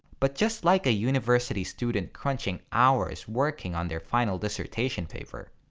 but just like a university student crunching hours working on their final dissertation paper,